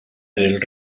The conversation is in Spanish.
del